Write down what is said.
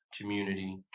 community